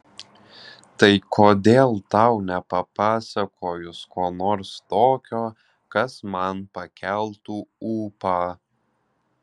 tai kodėl tau nepapasakojus ko nors tokio kas man pakeltų ūpą